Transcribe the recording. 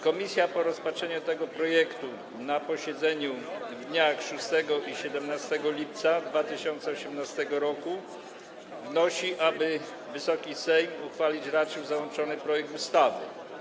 Komisja po rozpatrzeniu tego projektu na posiedzeniach w dniach 6 i 17 lipca 2018 r. wnosi, aby Wysoki Sejm uchwalić raczył załączony projekt ustawy.